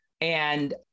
and-